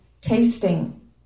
tasting